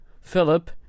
Philip